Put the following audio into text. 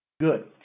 Good